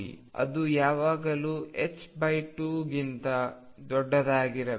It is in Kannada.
ಅದು ಯಾವಾಗಲೂ 2ಗಿಂತ ದೊಡ್ಡದಾಗಿರಬೇಕು